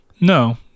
No